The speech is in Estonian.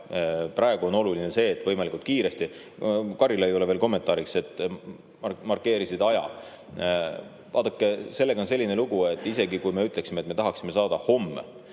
praegu on oluline see, et võimalikult kiiresti ... Karilaiule veel kommentaariks. Sa markeerisid aja. Vaadake, sellega on selline lugu, et isegi kui me ütleksime, et me tahaksime seda saada homme,